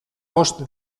bost